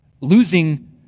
losing